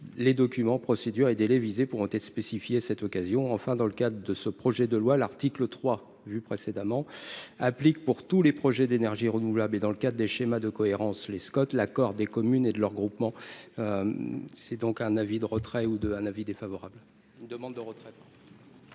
les documents procédures et délais visés pourront être spécifié cette occasion enfin dans le cadre de ce projet de loi, l'article III vu précédemment applique pour tous les projets d'énergies renouvelables et, dans le cadre des schémas de cohérence Lescott l'accord des communes et de leurs groupements, c'est donc un avis de retrait ou de un avis défavorable,